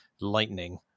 Lightning